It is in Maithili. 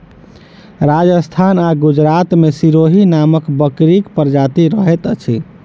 राजस्थान आ गुजरात मे सिरोही नामक बकरीक प्रजाति रहैत अछि